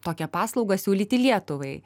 tokią paslaugą siūlyti lietuvai